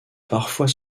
parfois